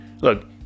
look